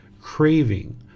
Craving